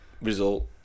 result